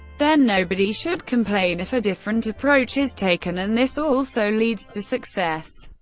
then nobody should complain if a different approach is taken and this also leads to success.